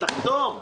תחתום.